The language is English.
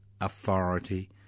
authority